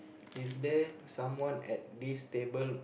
is there someone at this table